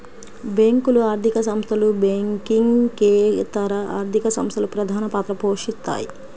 బ్యేంకులు, ఆర్థిక సంస్థలు, బ్యాంకింగేతర ఆర్థిక సంస్థలు ప్రధానపాత్ర పోషిత్తాయి